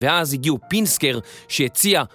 ואז הגיעו פינסקר שהציע